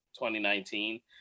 2019